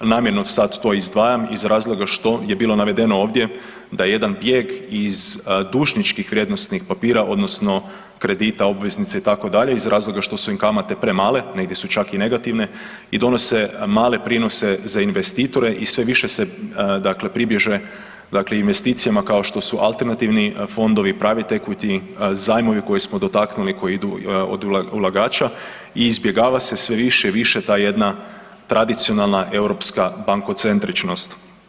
Namjerno sad to izdvajam iz razloga što je bilo navedeno ovdje da jedan bijeg iz dužničkih vrijednosnih papira odnosno kredita obveznice itd. iz razloga što su im kamate premale, negdje su čak i negativne, i donose male prinose za investitore i sve više se pribježe investicijama kao što su alternativni fondovi, … zajmovi koje smo dotaknuli koji idu od ulagača i izbjegava se sve više i više ta jedna tradicionalna europska bankocentričnost.